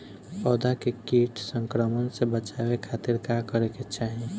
पौधा के कीट संक्रमण से बचावे खातिर का करे के चाहीं?